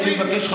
אני רוצה לבקש,